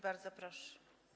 Bardzo proszę.